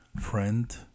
Friend